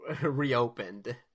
reopened